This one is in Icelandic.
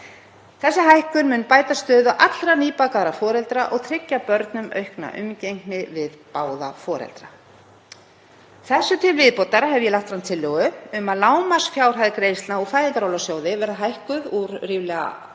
Sú hækkun mun bæta stöðu allra nýbakaðra foreldra og tryggja börnum aukna umgengni við báða foreldra. Því til viðbótar hef ég lagt fram tillögu um að lágmarksfjárhæð greiðslna úr Fæðingarorlofssjóði verði hækkuð úr ríflega 83.000